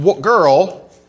girl